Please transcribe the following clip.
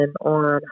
on